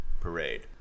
Parade